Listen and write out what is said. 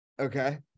Okay